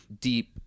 deep